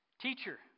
Teacher